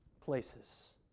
places